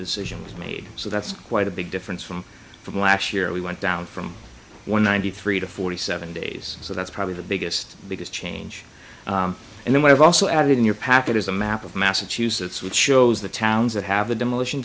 decision was made so that's quite a big difference from from last year we went down from one ninety three to forty seven days so that's probably the biggest biggest change and then we have also added in your packet is a map of massachusetts which shows the towns that have a demolition